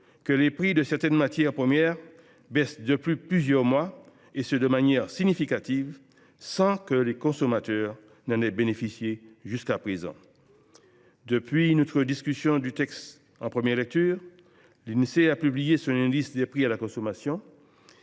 que les prix de certaines matières premières baissent depuis plusieurs mois, et ce de manière significative, sans que les consommateurs en aient bénéficié jusqu’à présent. Depuis notre discussion du texte en première lecture, l’Insee a publié son indice des prix à la consommation,